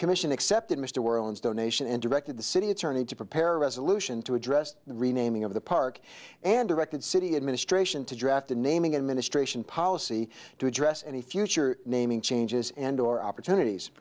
commission accepted mr whirlwinds donation and directed the city attorney to prepare a resolution to address the renaming of the park and directed city administration to draft a naming administration policy to address any future naming changes and or opportunities